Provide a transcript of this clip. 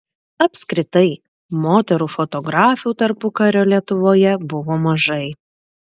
apskritai moterų fotografių tarpukario lietuvoje buvo mažai